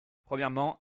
premièrement